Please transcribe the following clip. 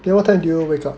then what time do you wake up